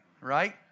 right